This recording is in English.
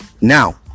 Now